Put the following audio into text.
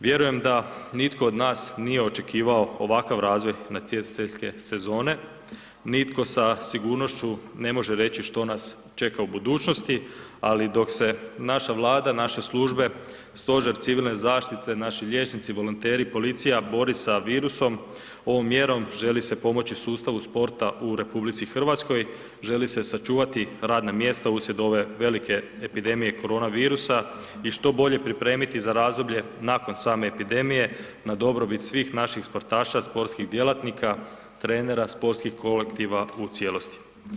Vjerujem da nitko od nas nije očekivao ovakav razvoj natjecateljske sezone, nitko sa sigurnošću ne može reći što nas čeka u budućnosti, ali dok se naša Vlada, naše službe, Stožer civilne zaštite, naši liječnici volonteri, policija bori sa virusom ovom mjerom želi se pomoći sustavu sporta u RH, želi se sačuvati radna mjesta uslijed ove velike epidemije korona virusa i što bolje pripremiti za razdoblje nakon same epidemije na dobrobit svih naših sportaša, sportskih djelatnika, trenera, sportskih kolektiva u cijelosti.